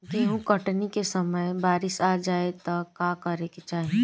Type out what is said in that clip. गेहुँ कटनी के समय बारीस आ जाए तो का करे के चाही?